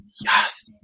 yes